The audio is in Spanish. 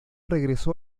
regresó